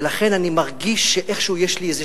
ולכן אני מרגיש שאיכשהו יש לי איזו